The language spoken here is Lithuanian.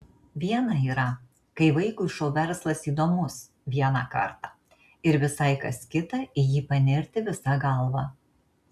viena yra kai vaikui šou verslas įdomus vieną kartą ir visai kas kita į jį panirti visa galva